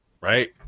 Right